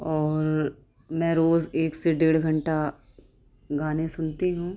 اور میں روز ایک سے ڈیڑھ گھنٹہ گانے سنتے ہوں